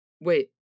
Wait